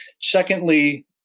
Secondly